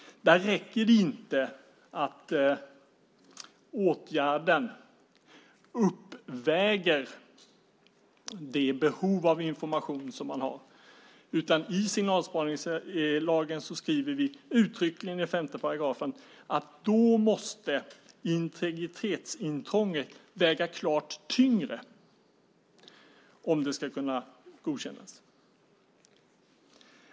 Där räcker det inte att åtgärden uppväger det behov av information som man har. I signalspaningslagen skriver vi uttryckligen i 5 § att integritetsintrånget då måste väga klart tyngre om det ska kunna godkännas.